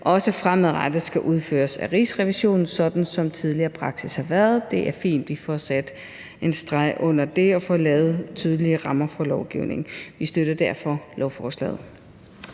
også fremadrettet skal udføres af Rigsrevisionen, sådan som tidligere praksis har været. Det er fint, at vi får sat en streg under det og får lavet tydelige rammer for lovgivningen. Vi støtter derfor lovforslaget.